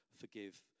forgive